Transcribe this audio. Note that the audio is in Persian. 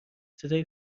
صدای